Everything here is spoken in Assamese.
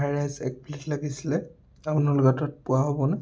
ৰাইচ এক প্লেট লাগিছিলে আপোনালোকৰ তাত পোৱা হ'বনে